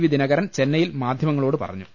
V Dinakaran ചെന്നൈയിൽ മാധ്യമങ്ങളോട് പറഞ്ഞു